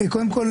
קודם כול,